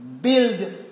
build